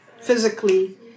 physically